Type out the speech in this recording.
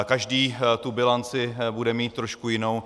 Každý tu bilanci bude mít trošku jinou.